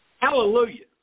Hallelujah